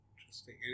interesting